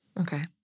Okay